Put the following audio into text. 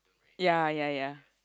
ya ya ya